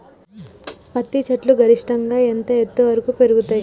పత్తి చెట్లు గరిష్టంగా ఎంత ఎత్తు వరకు పెరుగుతయ్?